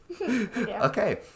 Okay